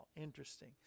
Interesting